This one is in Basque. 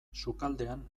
sukaldean